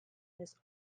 this